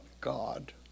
God